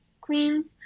Queens